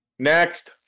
Next